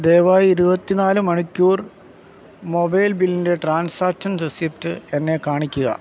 ദയവായി ഇരുപത്തി നാല് മണിക്കൂർ മൊബൈൽ ബില്ലിൻ്റെ ട്രാൻസാക്ഷൻ റെസീപ്റ്റ് എന്നെ കാണിക്കുക